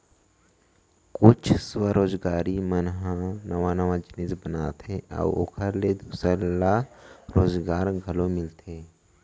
कुछ स्वरोजगारी मन ह नवा नवा जिनिस बनाथे अउ ओखर ले दूसर ल रोजगार घलो मिलथे